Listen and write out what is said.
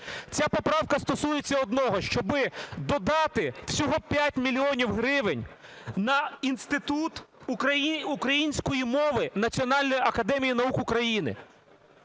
Ця поправка стосується одного, щоб додати всього 5 мільйонів гривень на Інститут української мови Національної академії наук України.